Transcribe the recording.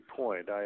point